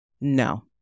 No